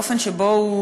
האופן שבו הוא,